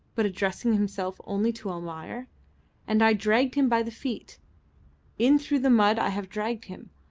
but addressing himself only to almayer and i dragged him by the feet in through the mud i have dragged him,